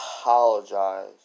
apologize